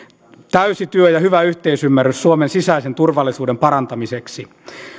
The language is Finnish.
täysi työ ja hyvä yhteisymmärrys suomen sisäisen turvallisuuden parantamiseksi